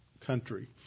country